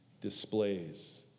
displays